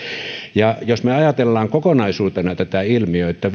ja jos ajatellaan kokonaisuutena tätä ilmiötä